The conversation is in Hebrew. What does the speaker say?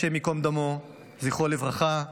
זכרו לברכה,